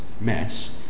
mess